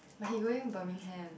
but he going Birmingham